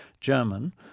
German